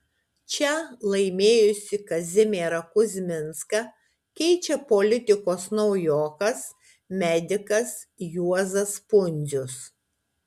čia laimėjusį kazimierą kuzminską keičia politikos naujokas medikas juozas pundzius